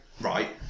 right